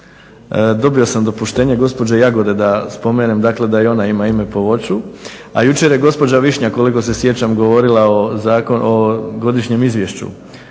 dobio sam dopuštenje gospođe Jagode da spomenem da i ona ime ime po voću. A jučer je gospođa Višnja koliko se sjećam govorila o godišnjem izvješću,